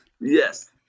Yes